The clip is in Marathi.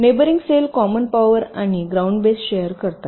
नेबॅरिंग सेल कॉमन पॉवर आणि ग्राउंड बस शेयर करतात